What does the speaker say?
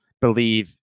believe